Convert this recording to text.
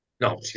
No